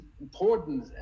important